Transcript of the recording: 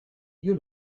you